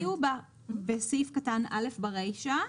בסעיף קטן א' ברישה,